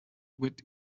wit